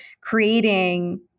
creating